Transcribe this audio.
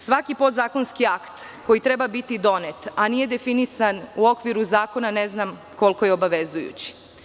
Svaki podzakonski akt koji treba biti donet, a nije definisan u okviru zakona, ne znam koliko je obavezujući.